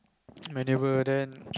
whenever then